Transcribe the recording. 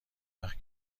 وقت